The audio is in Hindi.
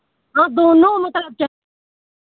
हाँ दोनों मतलब